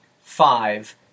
five